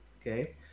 okay